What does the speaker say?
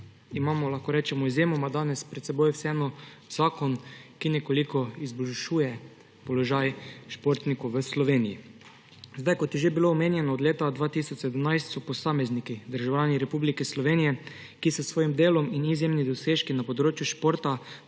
imamo, lahko rečemo, izjemoma pred seboj vseeno zakon, ki nekoliko izboljšuje položaj športnikov v Sloveniji. Kot je že bilo omenjeno, od leta 2017 so posamezniki državljani Republike Slovenije, ki so s svojim delom in izjemnimi dosežki na področju športa